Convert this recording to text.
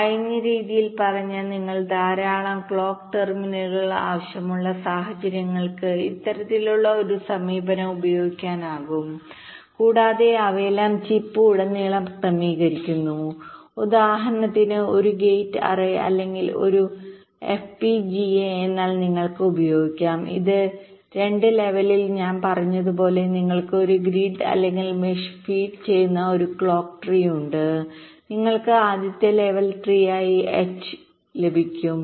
അയഞ്ഞ രീതിയിൽ പറഞ്ഞാൽ നിങ്ങൾക്ക് ധാരാളം ക്ലോക്ക് ടെർമിനലുകൾ ആവശ്യമുള്ള സാഹചര്യങ്ങൾക്ക് ഇത്തരത്തിലുള്ള ഒരു സമീപനം ഉപയോഗിക്കാനാകും കൂടാതെ അവയെല്ലാം ചിപ്പ് ഉടനീളം ക്രമീകരിച്ചിരിക്കുന്നു ഉദാഹരണത്തിന് ഒരു ഗേറ്റ് അറേ അല്ലെങ്കിൽ ഒരു FPGA എന്നാൽ നിങ്ങൾക്ക് ഉപയോഗിക്കാം ഇത് 2 ലെവലിൽ ഞാൻ പറഞ്ഞതുപോലെ നിങ്ങൾക്ക് ഒരു ഗ്രിഡ് അല്ലെങ്കിൽ മെഷ് ഫീഡ് ചെയ്യുന്ന ഒരു ക്ലോക്ക് ട്രീ ഉണ്ട് നിങ്ങൾക്ക് ആദ്യത്തെ ലെവൽ ട്രീയായി എച്ച് ട്രീലഭിക്കും